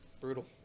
brutal